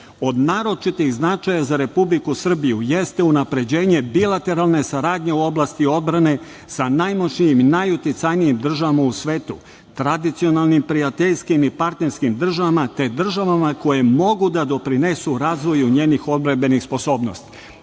od naročitog značaja za Republiku Srbiju, jeste unapređenje bilateralne saradnje u oblasti odbrane sa najmoćnijim i najuticajnijim državama u svetu, tradicionalnim prijateljskim državama, te državama koje mogu da doprinesu razvoju njenih odbrambenih sposobnosti.